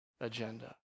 agenda